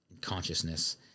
consciousness